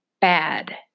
bad